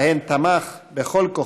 שבהן תמך בכל כוחו.